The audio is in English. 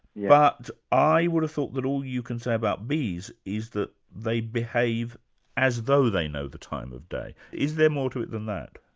but i would have thought that all you can say about bees is that they behave as though they know the time of day. is there more to it than that?